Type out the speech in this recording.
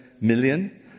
million